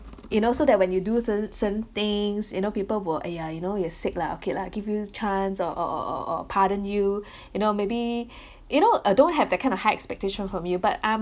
you know so that when you do certain certain things you know people will !aiya! you know you are sick lah okay lah give you chance or or or or pardon you you know maybe you know uh don't have that kind of high expectation from you but I'm